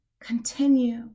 continue